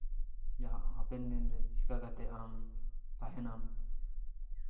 ᱡᱟᱦᱟᱸ ᱦᱟᱯᱮᱱ ᱫᱤᱱᱨᱮ ᱪᱮᱠᱟ ᱠᱟᱛᱮ ᱟᱢ ᱛᱟᱦᱮᱱᱟᱢ